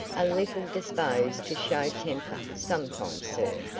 a little disposed to show temper, sometimes, sir,